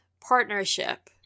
partnership